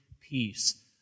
peace